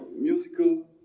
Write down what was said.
musical